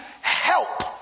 help